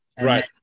Right